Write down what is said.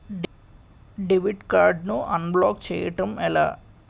Debit card ను unblock block చేయటం ఎలా?